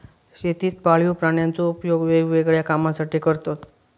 शेतीत पाळीव प्राण्यांचो उपयोग वेगवेगळ्या कामांसाठी करतत